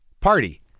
party